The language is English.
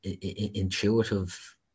intuitive